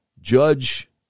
judge